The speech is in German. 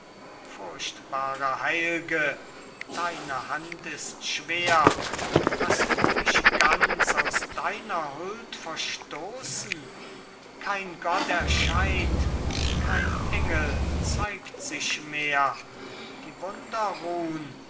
furchtbare heilge deine hand ist schwer hast du mich ganz aus deiner huld verstoßen kein gott erscheint kein engel zeigt sich mehr die